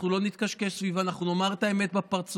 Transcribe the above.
אנחנו לא נתקשקש סביב, אנחנו נאמר את האמת בפרצוף: